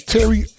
Terry